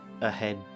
ahead